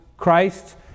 Christ